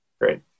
great